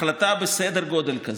החלטה בסדר גודל כזה,